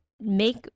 make